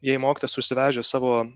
jei mokytojas užsivežęs savo